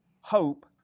hope